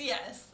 Yes